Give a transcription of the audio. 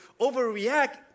overreact